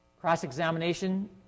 Cross-examination